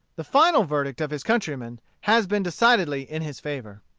the final verdict of his countrymen has been decidedly in his favor.